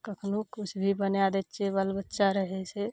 कखनो कुछ भी बना दै छियै बाल बच्चा रहय छै